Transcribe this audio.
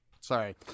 Sorry